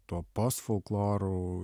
tuo post folkloru